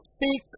six